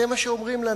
זה מה שאומרים לנו.